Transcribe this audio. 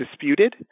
disputed